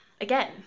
again